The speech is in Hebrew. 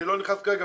אני לא נכנס כרגע